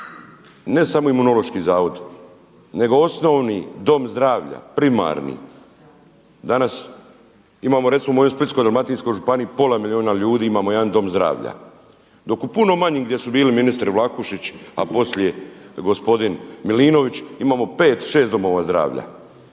ne samo Imunološki zavod nego osnovni dom zdravlja, primarni danas imamo recimo u mojoj Splitsko-dalmatinskoj županiji imamo pola milijuna ljudi imamo jedan dom zdravlja, dok u puno manjim gdje su bili ministri Vlahušić, a poslije gospodin Milinović imamo pet, šest domova zdravlja